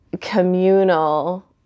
communal